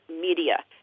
media